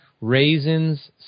raisins